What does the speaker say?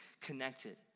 connected